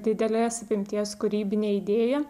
didelės apimties kūrybinė idėja